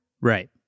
Right